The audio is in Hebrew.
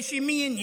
יש ימין,